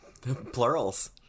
Plurals